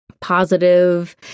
positive